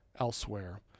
elsewhere